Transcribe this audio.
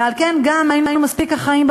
ועל כן גם היינו מספיק אחראיים,